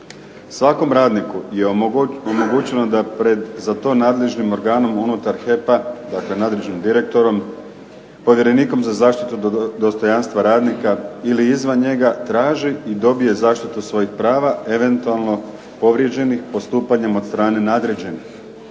Svakom radniku je omogućeno da pred, za to nadležnim organom unutar "HEP-a", dakle nadležnim direktorom, povjerenikom za zaštitu dostojanstva radnika ili izvan njega, traži i dobije zaštitu svojih prava, eventualno povrijeđenih postupanjem od strane nadređenih